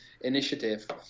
initiative